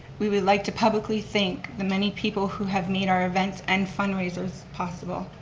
we would like to publicly thank the many people who have made our events and fundraisers possible.